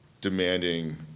demanding